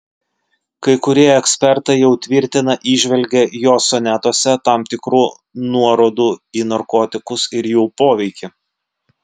kai kurie ekspertai jau tvirtina įžvelgią jo sonetuose tam tikrų nuorodų į narkotikus ir jų poveikį